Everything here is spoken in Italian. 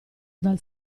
dal